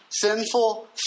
sinful